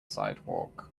sidewalk